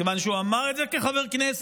כיוון שהוא אמר את זה כחבר כנסת.